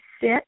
sit